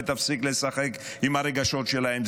ותפסיק לשחק עם הרגשות שלהם.